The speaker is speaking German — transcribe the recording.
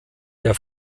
der